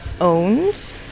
Owned